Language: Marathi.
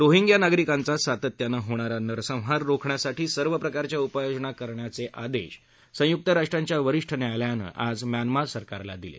रोहिग्यां नागरिकांचा सातत्यानं होणारा नरसंहार रोखण्यासाठी सर्व प्रकारच्या उपाययोजना करण्याचे आदेश संय्क्त राष्ट्रांच्या वरिष्ठ न्यायालयानं आज म्यामा सरकारला दिले